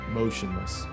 motionless